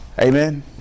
Amen